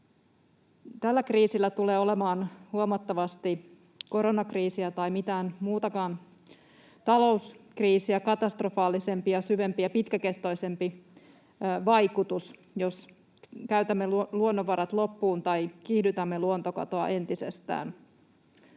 Tällä kriisillä tulee olemaan huomattavasti koronakriisiä tai mitään muutakaan talouskriisiä katastrofaalisempi ja syvempi ja pitkäkestoisempi vaikutus, jos käytämme luonnonvarat loppuun tai kiihdytämme luontokatoa entisestään.